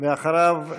אחריו,